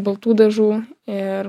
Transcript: baltų dažų ir